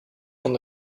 van